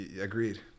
Agreed